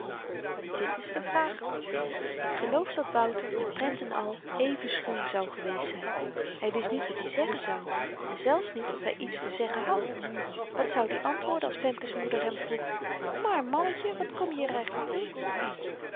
dit is de vraag ik geloof dat wouter met prent en al even schuw zou geweest zyn hy wist niet wat i zeggen zou en zelfs niet of hy iets te zeggen had wat zoud i antwoorden als femke's moeder hem vroeg maar mannetje wat kom je hier eigenlyk doen